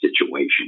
situation